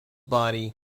body